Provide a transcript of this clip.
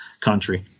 Country